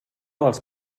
dels